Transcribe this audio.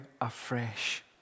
afresh